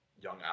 young